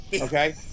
Okay